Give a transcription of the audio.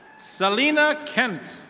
salina kent.